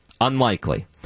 Unlikely